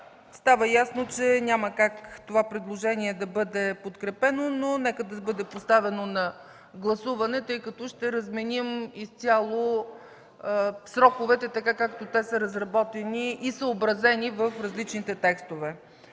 става ясно, че няма как да бъде подкрепено това предложение. Нека бъде поставено на гласуване, тъй като ще разменим изцяло сроковете, така както са разработени и съобразени в различните текстове.